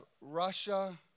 Russia